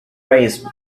raised